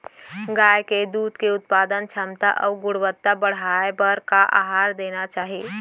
गाय के दूध के उत्पादन क्षमता अऊ गुणवत्ता बढ़ाये बर का आहार देना चाही?